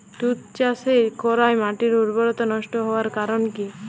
তুতে চাষ করাই মাটির উর্বরতা নষ্ট হওয়ার কারণ কি?